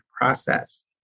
process